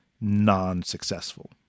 non-successful